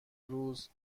روز